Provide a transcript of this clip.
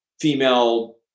female